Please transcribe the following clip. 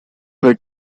were